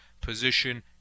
position